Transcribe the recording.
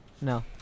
No